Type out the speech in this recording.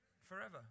forever